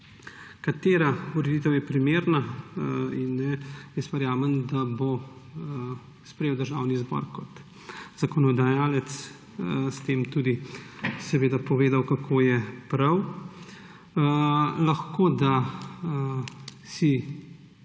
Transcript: Katera ureditev je primerna? Jaz verjamem, da bo sprejel Državni zbor kot zakonodajalec, s tem tudi seveda povedal, kako je prav. Lahko da